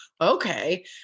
Okay